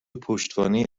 پشتوانه